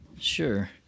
Sure